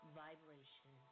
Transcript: vibration